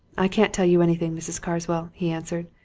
i can't tell you anything, mrs. carswell, he answered.